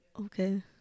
Okay